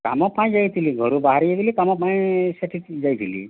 କାମ ପାଇଁ ଯାଇଥିଲି ଘରୁ ବାହାରିବି ବୋଲି କାମ ପାଇଁ ସେଠି ଯାଇଥିଲି